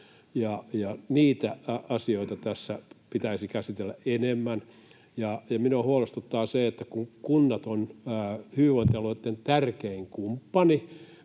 Niitä asioita tässä pitäisi käsitellä enemmän. Kun kunnat ovat hyvinvointialueitten tärkein kumppani